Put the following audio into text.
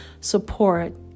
support